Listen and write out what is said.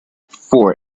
for